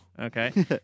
Okay